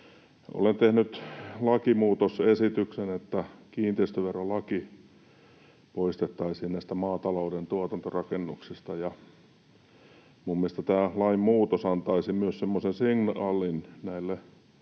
Olen tehnyt lakimuutosesityksen, että kiinteistövero poistettaisiin näistä maatalouden tuotantorakennuksista, ja minun mielestäni tämä lainmuutos antaisi myös semmoisen signaalin näille